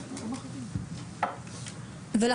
ויש פה סטודנטית שחוותה אלימות לפני שבוע,